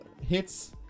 hits